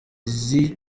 izi